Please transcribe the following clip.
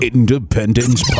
Independence